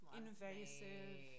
invasive